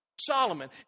Solomon